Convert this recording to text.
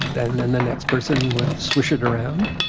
then then the next person would swish it around,